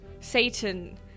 Satan